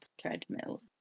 treadmills